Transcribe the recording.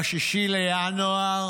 ב-6 בינואר